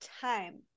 time